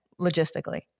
logistically